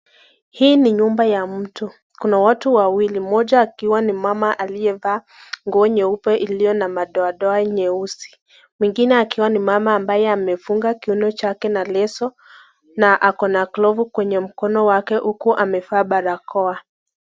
Hii ni nyumba ya mtu. Kuna watu wawili, mmoja akiwa ni mama aliyevaa nguo nyeupe ilio na madoadoa nyeusi, mwingine akiwa ni mama ambaye amefunga kiuno chake na leso na akona glovu kwenye mkono wake huku amevaa barakoa.